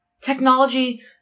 Technology